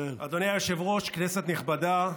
אדוני היושב-ראש, כנסת נכבדה,